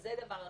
זה דבר אחד,